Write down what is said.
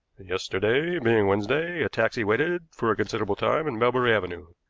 yesterday, being wednesday, a taxi waited for a considerable time in melbury avenue.